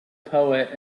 poet